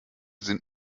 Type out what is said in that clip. sind